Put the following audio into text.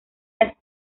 las